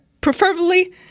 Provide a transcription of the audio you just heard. preferably